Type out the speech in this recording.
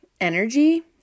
energy